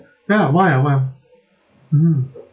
ya why ah why mm